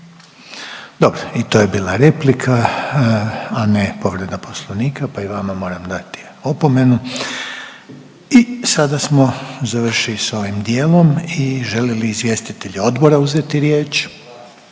Dobro, i to je bila replika, a ne povreda poslovnika, pa i vama moram dati opomenu. I sada smo završili s ovim dijelom i žele li izvjestitelji odbora uzeti riječ?